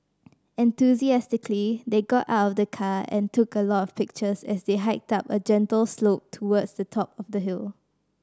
enthusiastically they got out of the car and took a lot of pictures as they hiked up a gentle slope towards the top of the hill